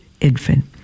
infant